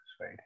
right